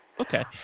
Okay